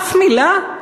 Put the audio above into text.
אף מילה?